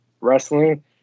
wrestling